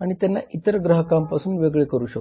आणि त्यांना इतर ग्राहकांपासून वेगळे करू शकतो